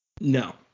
no